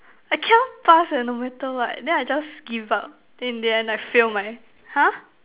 I cannot pass eh no matter what then I just give up then in the end I fail my !huh!